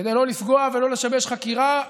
כדי לא לפגוע ולא לשבש חקירה.